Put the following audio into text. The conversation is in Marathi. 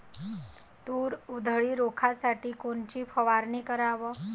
तूर उधळी रोखासाठी कोनची फवारनी कराव?